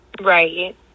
right